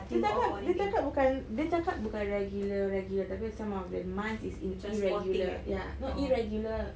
dia cakap dia cakap bukan dia cakap bukan regular regular tapi some of the months it's ir~ irregular ya no irregular